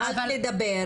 אבל -- התחלת לדבר,